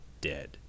dead